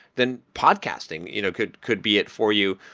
than podcasting you know could could be it for you.